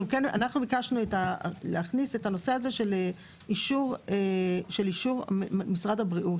אנחנו ביקשנו להכניס את הנושא הזה של אישור משרד הבריאות.